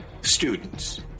students